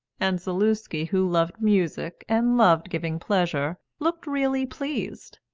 and zaluski, who loved music and loved giving pleasure, looked really pleased.